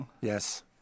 Yes